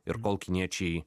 ir kol kiniečiai